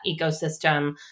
ecosystem